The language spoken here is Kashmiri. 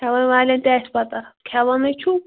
ہیوان والٮ۪ن تہِ آسہِ پتہ کھوانٕے چھو